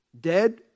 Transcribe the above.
dead